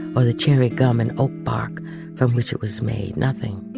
or the cherry gum in oak park from which it was made. nothing